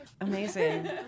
Amazing